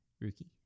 Rookie